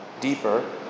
deeper